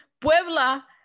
puebla